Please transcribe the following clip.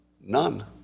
None